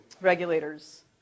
regulators